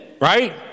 right